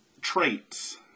traits